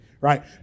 right